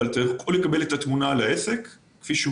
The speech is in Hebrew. כך אתה יכול לקבל את התמונה על העסק כפי שהוא